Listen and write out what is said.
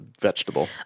vegetable